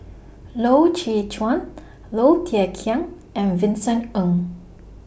Loy Chye Chuan Low Thia Khiang and Vincent Ng